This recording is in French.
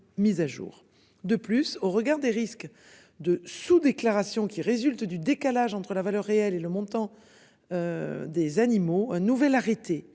mise à jour de plus, au regard des risques de sous-déclaration qui résulte du décalage entre la valeur réelle et le montant. Des animaux. Un nouvel arrêté